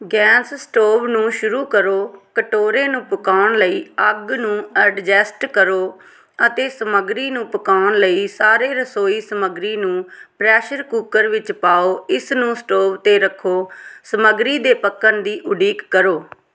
gas stove ਨੂੰ ਸ਼ੁਰੂ ਕਰੋ ਕਟੋਰੇ ਨੂੰ ਪਕਾਉਣ ਲਈ ਅੱਗ ਨੂੰ ਐਡਜਸਟ ਕਰੋ ਅਤੇ ਸਮੱਗਰੀ ਨੂੰ ਪਕਾਉਣ ਲਈ ਸਾਰੇ ਰਸੋਈ ਸਮੱਗਰੀ ਨੂੰ ਪ੍ਰੈਸ਼ਰ ਕੁੱਕਰ ਵਿੱਚ ਪਾਓ ਇਸ ਨੂੰ ਸਟੋਵ 'ਤੇ ਰੱਖੋ ਸਮੱਗਰੀ ਦੇ ਪੱਕਣ ਦੀ ਉਡੀਕ ਕਰੋ